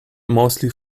mostly